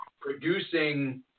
producing